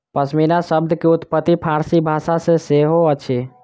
पश्मीना शब्द के उत्पत्ति फ़ारसी भाषा सॅ सेहो अछि